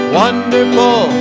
wonderful